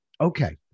Okay